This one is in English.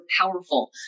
powerful